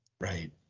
right